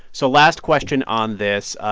so last question on this.